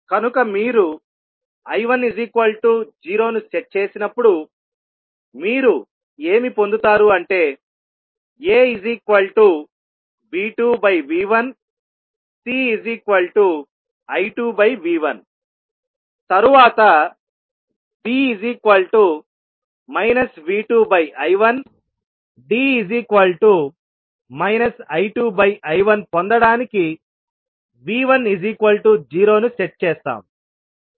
కనుక మీరు I10 ను సెట్ చేసినప్పుడు మీరు ఏమి పొందుతారు అంటే aV2V1cI2V1 తరువాత b V2I1d I2I1 పొందడానికి V10 ను సెట్ చేస్తాం